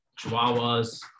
chihuahuas